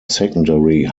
secondary